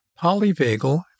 polyvagal